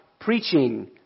preaching